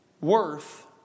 worth